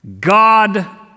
God